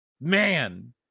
man